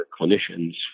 clinicians